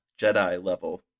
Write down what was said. Jedi-level